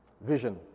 vision